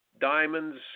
diamonds